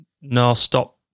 no-stop